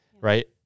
right